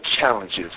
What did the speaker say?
challenges